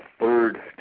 third